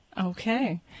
Okay